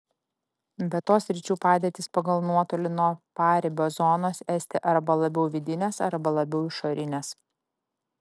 be to sričių padėtys pagal nuotolį nuo paribio zonos esti arba labiau vidinės arba labiau išorinės